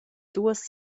duas